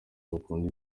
bakunda